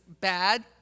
bad